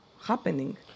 happening